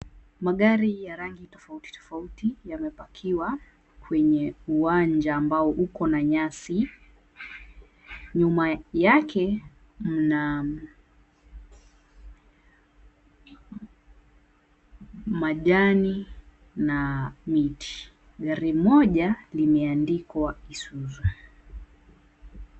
Magari ya rangi tofauti tofauti yamepakiwa kwenye uwanja ambao uko na nyasi nyuma yake mna majani na miti. Gari moja limeandikwa Isuzu.